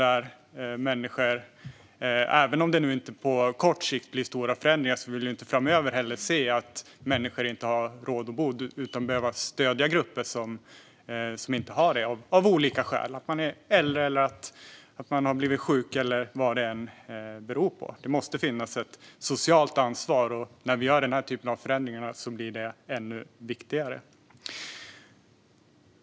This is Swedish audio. Även om det inte på kort sikt blir stora förändringar vill vi inte heller framöver se att människor inte har råd att bo, och vi behöver stödja grupper som inte har det av olika skäl. Det kan bero på att man är äldre, har blivit sjuk eller annat. Det måste finnas ett socialt ansvar, och när vi gör den här typen av förändringar blir det ännu viktigare.